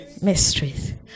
mysteries